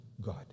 God